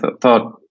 thought